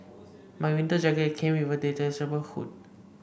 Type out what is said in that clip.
my winter jacket came with a detachable hood